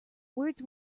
words